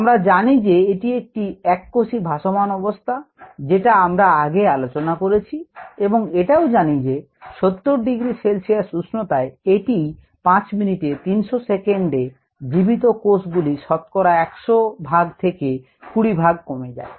আমরা জানি যে এটি একটি এককোষী ভাসমান অবস্থা যেটা আমরা আগে আলোচনা করেছি এবং এটাও জানি যে 70 ডিগ্রি সেলসিয়াস উষ্ণতায় এটিই 5 মিনিটে বা 300 সেকেন্ডে জীবিত কোষ গুলি শতকরা একশভাগ থেকে 20 ভাগে কমে যায়